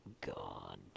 God